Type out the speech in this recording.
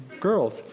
girls